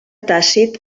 tàcit